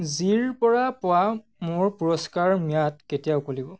জিৰপৰা পোৱা মোৰ পুৰস্কাৰ ম্যাদ কেতিয়া উকলিব